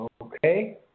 Okay